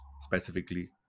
specifically